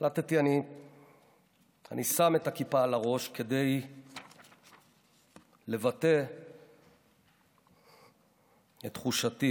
והחלטתי שאני שם את הכיפה על הראש כדי לבטא את תחושתי